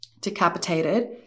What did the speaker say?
decapitated